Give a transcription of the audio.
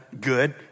good